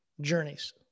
journeys